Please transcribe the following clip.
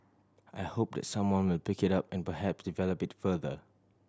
I hope that someone will pick it up and perhaps develop it further